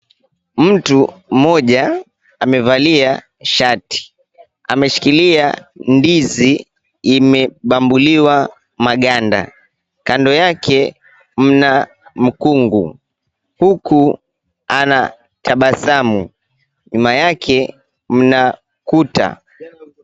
Mtu mmoja amevalia shati, ameshikilia ndizi imebambuliwa maganda. Kando yake mna mkungu huku anatabasamu. Nyuma yake mna kuta.